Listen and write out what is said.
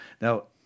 Now